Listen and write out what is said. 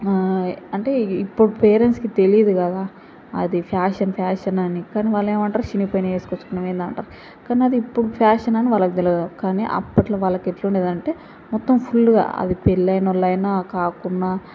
అంటే ఇప్పుడు పేరెంట్స్కి తెలియదు కదా అది ఫ్యాషన్ ఫ్యాషన్ అని కానీ వాళ్ళు ఏమంటారు చినిగిపోయినవి వేసుకొచ్చుకున్నావు ఏంటి అంటారు కానీ అది ఇప్పుడు ఫ్యాషన్ అని వాళ్ళకు తెలియదు కానీ అప్పట్లో వాళ్ళకు ఎట్లా ఉండేదంటే మొత్తం ఫుల్లుగా అది పెళ్ళి అయినోళ్ళు అయినా కాకున్నా